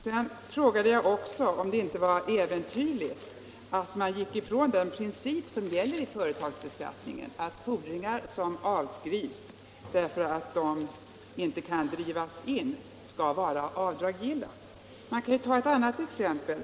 Jag frågade också om det inte är äventyrligt att man går ifrån den princip som gäller i företagsbeskattningen, nämligen att fordringar som avskrivs därför att de inte kan drivas in skall vara avdragsgilla. Man kan ta ett annat exempel.